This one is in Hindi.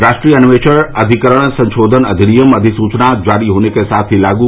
राष्ट्रीय अन्वेषण अधिकरण संशोधन अधिनियम अधिसूचना जारी होने के साथ ही लागू